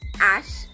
Ash